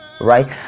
Right